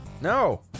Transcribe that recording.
No